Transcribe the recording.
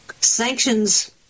sanctions